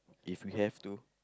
if we have to